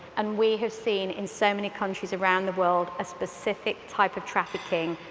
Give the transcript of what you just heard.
and we have seen in so many countries around the world a specific type of trafficking,